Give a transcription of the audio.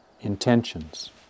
intentions